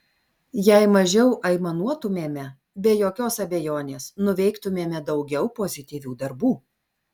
jei mažiau aimanuotumėme be jokios abejonės nuveiktumėme daugiau pozityvių darbų